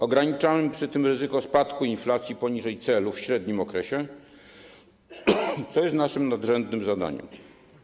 Ograniczamy przy tym ryzyko spadku inflacji poniżej celu w średnim okresie, co jest naszym nadrzędnym zadaniem.